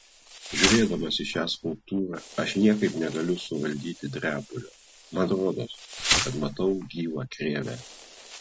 žiūrėdamas į šią skulptūrą aš niekaip negaliu suvaldyti drebulio man rodos kad matau gyvą krėvę